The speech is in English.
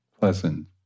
pleasant